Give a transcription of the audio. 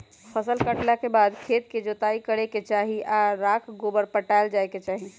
फसल काटला के बाद खेत के जोताइ करे के चाही आऽ राख गोबर पटायल जाय के चाही